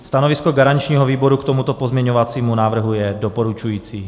Stanovisko garančního výboru k tomuto pozměňovacímu návrhu je doporučující.